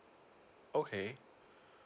okay